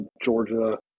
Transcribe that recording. Georgia